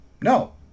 No